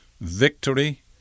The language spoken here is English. victory